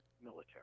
military